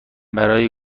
برای